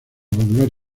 popular